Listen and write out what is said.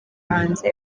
hanze